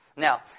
Now